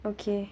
okay